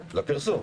לפרסום.